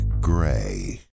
Gray